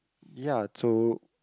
yeah so